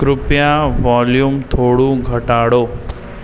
કૃપયા વૉલ્યૂમ થોડું ઘટાડો